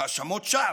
האשמות שווא,